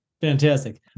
Fantastic